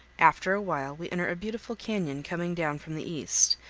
after a while we enter a beautiful canyon coming down from the east,